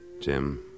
Jim